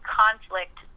conflict